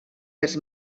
dels